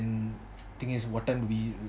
then thing is what time would we